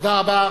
תודה רבה.